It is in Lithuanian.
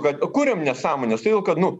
kad kuriam nesąmones todėl kad nu